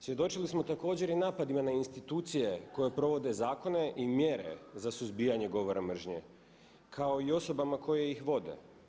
Svjedočili smo također i napadima na institucije koje provode zakone i mjere za suzbijanje govora mržnje kao i osobama koje ih vode.